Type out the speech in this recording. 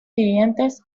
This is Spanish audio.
siguientes